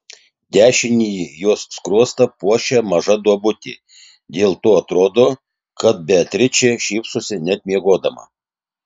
dešinįjį jos skruostą puošia maža duobutė dėl to atrodo kad beatričė šypsosi net miegodama